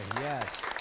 Yes